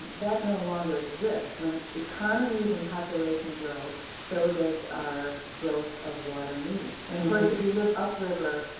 and that no longer exists. when economies and populations grow, so does our growth of water needs. and of course, if you live upriver,